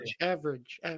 average